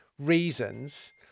reasons